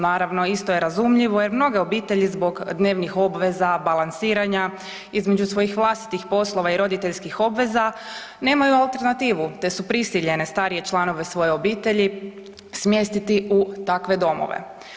Naravno, isto je razumljivo jer mnoge obitelji zbog dnevnih obveza, balansiranja između svojih vlastitih poslova i roditeljskih obveza nemaju alternativu, te su prisiljene starije članove svoje obitelji smjestiti u takve domove.